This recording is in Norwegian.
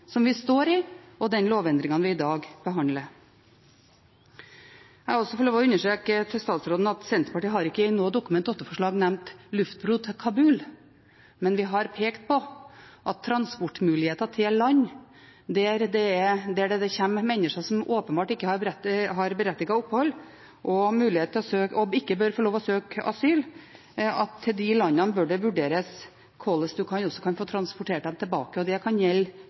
som vi står i, med de lovendringene vi i dag behandler. Overfor statsråden vil jeg også få lov til å understreke at Senterpartiet ikke i noe Dokument 8-forslag har nevnt luftbro til Kabul, men når det gjelder transportmuligheter til land det kommer mennesker fra som åpenbart ikke har berettiget opphold, og som ikke bør få lov til å søke asyl, har vi pekt på at til de landene bør det vurderes hvordan en kan få transportert dem tilbake. Og det kan gjelde